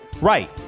Right